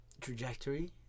trajectory